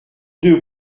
deux